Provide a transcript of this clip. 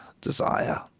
desire